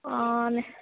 ఆ